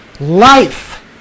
life